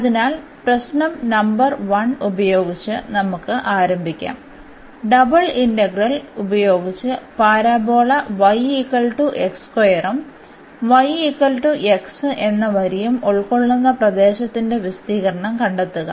അതിനാൽ പ്രശ്നം നമ്പർ 1 ഉപയോഗിച്ച് നമുക്ക് ആരംഭിക്കാം ഡബിൾ ഇന്റഗ്രൽ ഉപയോഗിച്ച് പരാബോള ഉം എന്ന വരിയും ഉൾക്കൊള്ളുന്ന പ്രദേശത്തിന്റെ വിസ്തീർണ്ണം കണ്ടെത്തുക